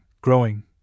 growing